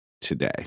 today